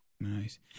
Nice